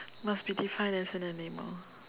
must be defined as an animal